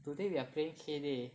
today we are playing Hay Day